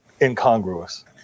incongruous